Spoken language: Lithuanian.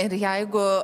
ir jeigu